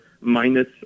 minus